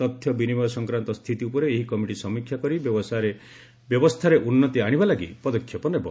ତଥ୍ୟ ବିନିମୟ ସଂକ୍ରାନ୍ତ ସ୍ଥିତି ଉପରେ ଏହି କମିଟି ସଂମୀକ୍ଷା କରି ବ୍ୟବସ୍ଥାରେ ଉନ୍ନତି ଆଣିବା ଲାଗି ପଦକ୍ଷେପ ନେବ